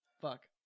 Fuck